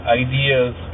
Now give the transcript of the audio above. ideas